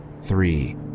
three